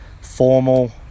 formal